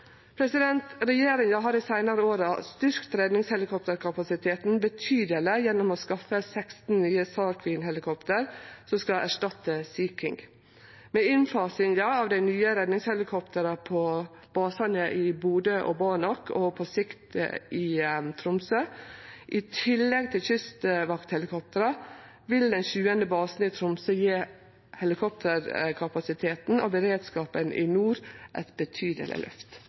Regjeringa har dei seinare åra styrkt redningshelikopterkapasiteten betydeleg gjennom å skaffe 16 nye SAR Queen-helikopter som skal erstatte Sea King. Ved innfasinga av dei nye redningshelikoptera på basane i Bodø og Banak og på sikt Tromsø, i tillegg til kystvakthelikoptera, vil den sjuande basen i Tromsø gje helikopterkapasiteten og beredskapen i nord eit betydeleg løft.